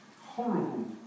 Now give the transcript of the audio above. horrible